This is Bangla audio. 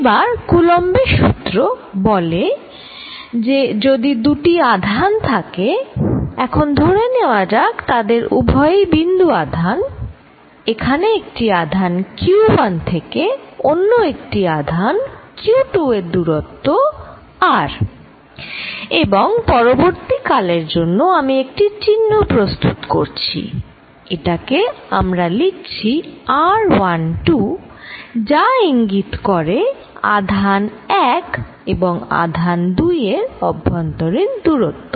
এবার কুলম্বের সূত্র Coulumb's Law বলে যে যদি দুটি আধান থাকে এখন ধরে নেওয়া যাক তাদের উভয়ই বিন্দু আধান এখানে একটি আধান q1 থেকে অন্য একটি আধান q2 এর দূরত্ব r এবং পরবর্তী কালের জন্য আমি একটি চিহ্ন প্রস্তুত করছি এটাকে আমরা লিখছি r12 যা ইঙ্গিত করে আধান 1 এবং আধান 2 এর অভ্যন্তরীণ দূরত্ব